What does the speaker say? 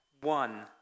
one